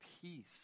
peace